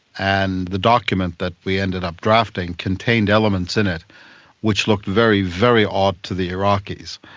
and the document that we ended up drafting contained elements in it which looked very, very odd to the iraqis.